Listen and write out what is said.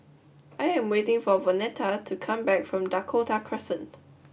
I am waiting for Vonetta to come back from Dakota Crescent